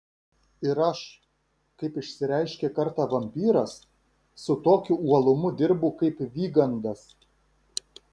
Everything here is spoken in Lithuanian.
ir aš kaip išsireiškė kartą vampyras su tokiu uolumu dirbu kaip vygandas